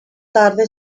tarde